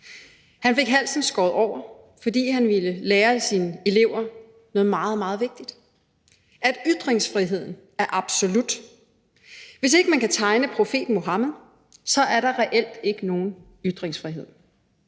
Han fik halsen skåret over, fordi han ville lære sine elever noget meget, meget vigtigt: at ytringsfriheden er absolut. Hvis ikke man kan tegne profeten Muhammed, er der reelt ikke nogen ytringsfrihed.